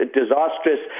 disastrous